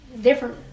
different